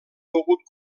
pogut